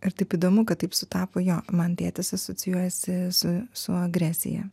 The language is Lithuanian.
ir taip įdomu kad taip sutapo jo man tėtis asocijuojasi su su agresija